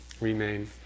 remain